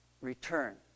return